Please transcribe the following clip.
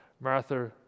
Martha